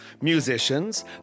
Musicians